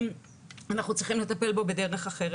אנחנו צריכים לטפל בו בדרך אחרת.